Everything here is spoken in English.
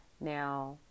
Now